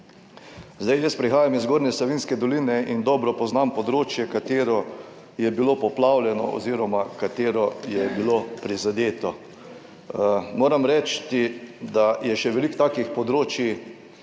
Jaz prihajam iz Zgornje Savinjske doline in dobro poznam področje katero je bilo poplavljeno, oz. katero je bilo prizadeto. Moram reči, da je še veliko takih področij,